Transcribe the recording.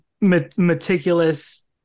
meticulous